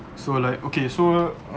so like okay so